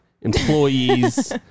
employees